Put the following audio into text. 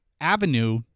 avenue